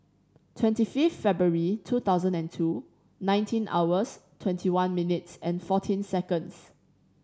twenty fifth February two thousand and two nineteen hours twenty one minutes fourteen seconds